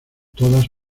todas